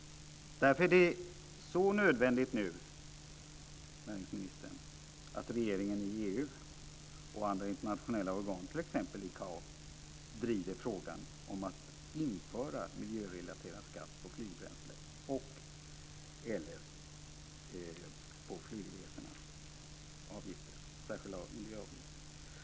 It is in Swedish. Därför är det nu så nödvändigt, näringsministern, att regeringen i EU och andra internationella organ - t.ex. ICAO - driver frågan om att införa miljörelaterad skatt och särskilda miljöavgifter på flygbränsle eller på flygresorna.